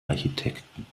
architekten